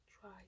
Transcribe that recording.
try